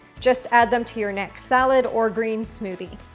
just add them to your next salad or green smoothie.